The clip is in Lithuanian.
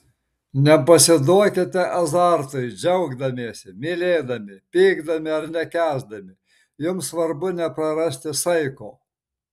nepasiduokite azartui džiaugdamiesi mylėdami pykdami ar nekęsdami jums svarbu neprarasti saiko